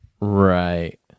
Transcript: Right